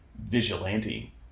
vigilante